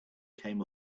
came